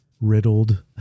riddled